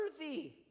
worthy